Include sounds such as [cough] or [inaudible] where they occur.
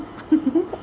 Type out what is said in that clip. mm [laughs]